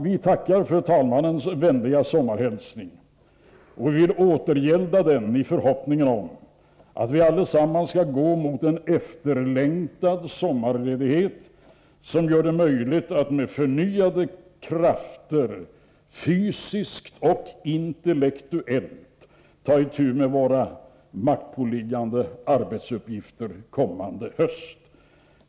Vi tackar för talmannens vänliga sommarhälsning och vill återgälda den i förhoppningen om att vi allesammans skall gå mot en efterlängtad sommarledighet som gör det möjligt att med förnyade krafter fysiskt och intellektuellt ta itu med våra maktpåliggande arbetsuppgifter kommande höst.